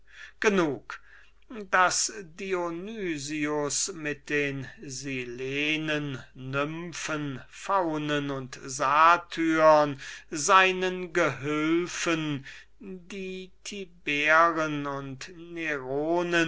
genug daß dionys mit den silenen nymphen faunen und satyren seinen gehülfen die tibere und